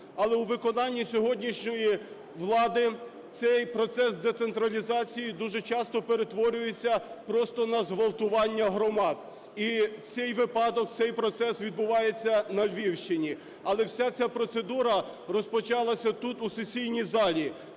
Але у виконанні сьогоднішньої влади цей процес децентралізації дуже часто перетворюється просто на зґвалтування громад. І цей випадок, цей процес відбувається на Львівщині. Але вся ця процедура розпочалася тут, у сесійній залі,